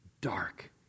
dark